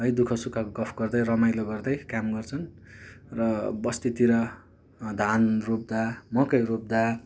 है दुःख सुखको गफ गर्दै रमाइलो गर्दै काम गर्छन् र बस्तीतिर धान रोप्दा मकै रोप्दा